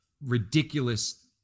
ridiculous